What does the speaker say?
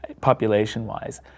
population-wise